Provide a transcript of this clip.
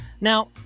Now